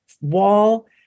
wall